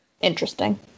interesting